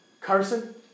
Carson